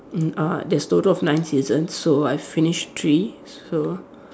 mm uh there's total of nine seasons so I finished three so